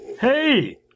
hey